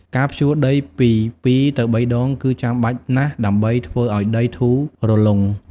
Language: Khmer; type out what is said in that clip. ការភ្ជួរដីពី ២ ទៅ ៣ ដង គឺចាំបាច់ណាស់ដើម្បីធ្វើឱ្យដីធូររលុង។